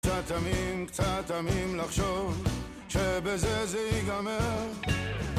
קצת תמים, קצת תמים לחשוב, שבזה זה ייגמר.